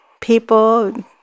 people